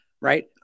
right